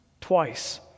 twice